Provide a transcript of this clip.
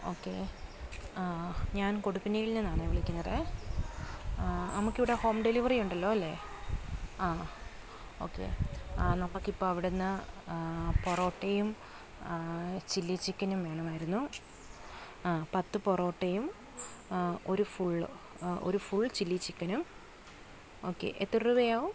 okay ആ ഞാൻ കൊടുപ്പനയിൽ നിന്നാണേ വിളിക്കുന്നതേ നമുക്കിവിടെ ഹോം ഡെലിവറി ഉണ്ടല്ലോ അല്ലേ ആ ഓക്കെ ആ നമുക്ക് ഇപ്പോൾ അവിടുന്ന് പൊറോട്ടയും ചില്ലി ചിക്കനും വേണമായിരുന്നു ആ പത്ത് പൊറോട്ടയും ഒരു ഫുൾ ഒരു ഫുൾ ചില്ലി ചിക്കനും ഓക്കെ എത്ര രൂപയാവും